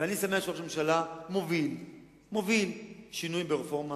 ואני שמח שראש הממשלה מוביל שינוי ברפורמה